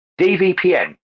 DVPN